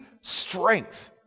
strength